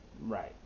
Right